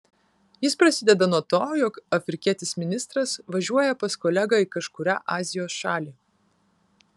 jis prasideda nuo to jog afrikietis ministras važiuoja pas kolegą į kažkurią azijos šalį